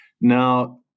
Now